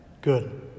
Good